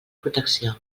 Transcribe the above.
protecció